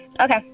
Okay